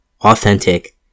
authentic